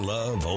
Love